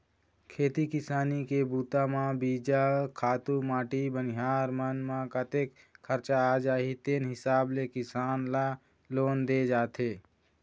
खेती किसानी के बूता म बीजा, खातू माटी बनिहार मन म कतेक खरचा आ जाही तेन हिसाब ले किसान ल लोन दे जाथे